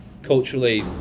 Culturally